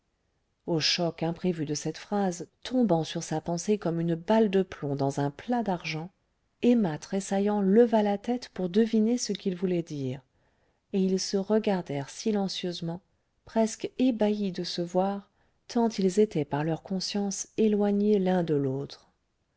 au choc imprévu de cette phrase tombant sur sa pensée comme une balle de plomb clins un plat d'argent emma tressaillant leva la tête pour deviner ce qu'il voulait dire et ils se regardèrent silencieusement presque ébahis de se voir tant ils étaient par leur conscience éloignés l'un de l'autre